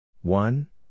one